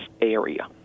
area